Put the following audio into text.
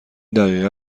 دقیقا